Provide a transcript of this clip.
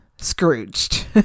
Scrooged